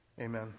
Amen